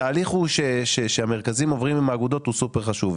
התהליך שהמרכזים עוברים עם האגודות הוא סופר חשוב.